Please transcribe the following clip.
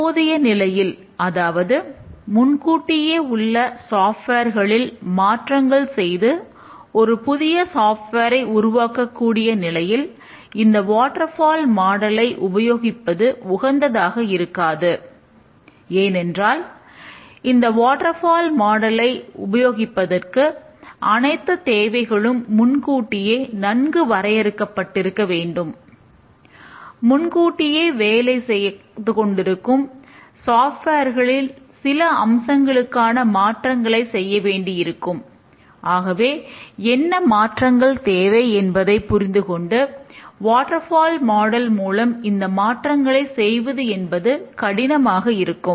தற்போதைய நிலையில் அதாவது முன்கூட்டியே உள்ள சாப்ட்வேர்களில் மூலம் இந்த மாற்றங்களை செய்வது என்பது கடினமாக இருக்கும்